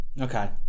Okay